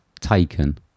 Taken